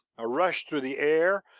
a rush through the air,